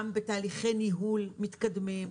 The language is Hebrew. גם בתהליכי ניהול מתקדמים,